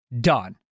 done